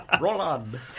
Roland